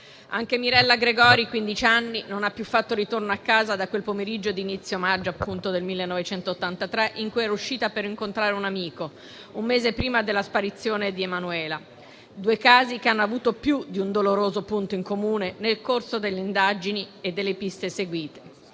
anche Mirella Gregori, quindici anni, non ha più fatto ritorno a casa da quel pomeriggio di inizio maggio del 1983 in cui era uscita per incontrare un amico, un mese prima della sparizione di Emanuela: due casi che hanno avuto più di un doloroso punto in comune nel corso delle indagini e delle piste seguite.